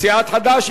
סיעת חד"ש.